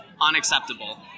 unacceptable